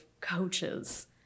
coaches